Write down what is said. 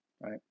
right